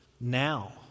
now